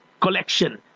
collection